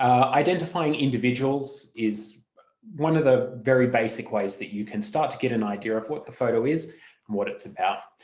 identifying individuals is one of the very basic ways that you can start to get an idea of what the photo is and what it's about.